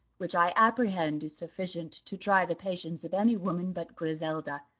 which i apprehend is sufficient to try the patience of any woman but griselda.